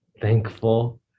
thankful